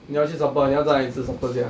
你要去 supper ah 你要在哪里吃 supper sia